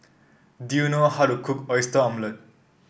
do you know how to cook Oyster Omelette